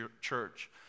church